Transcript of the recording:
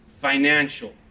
financial